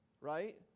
right